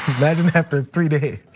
imagine after three days?